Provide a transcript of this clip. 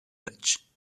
dutch